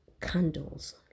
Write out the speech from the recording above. candles